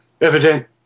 evident